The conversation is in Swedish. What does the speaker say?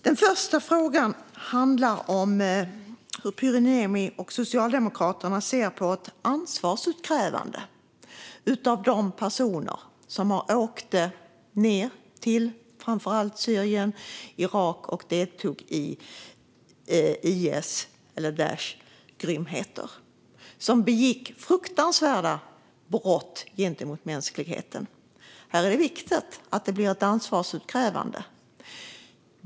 Den första frågan handlar om hur Pyry Niemi och Socialdemokraterna ser på ansvarsutkrävandet när det gäller de personer som åkte ned till framför allt Syrien och Irak och deltog i IS, eller Daishs, grymheter och som begick fruktansvärda brott mot mänskligheten. Här är det viktigt att det blir ett ansvarsutkrävande.